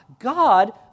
God